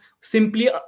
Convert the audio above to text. simply